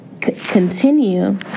continue